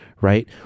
right